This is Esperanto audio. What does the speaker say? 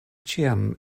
ĉiam